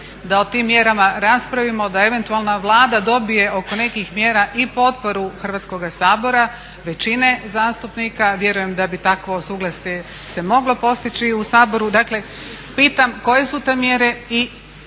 da o tim mjerama raspravimo da eventualna Vlada dobije oko nekih mjera i potporu Hrvatskoga sabora, većine zastupnika. Vjerujem da bi takvo suglasje se moglo postići u Sabor. Dakle, pitam koje su te mjere i